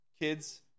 kids